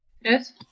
yes